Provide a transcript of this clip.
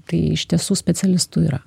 tai iš tiesų specialistų yra